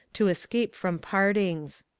to escape from partings.